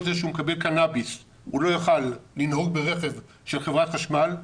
זה שהוא מקבל קנביס הוא לא יוכל לנהוג ברכב של חברת חשמל.